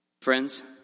Friends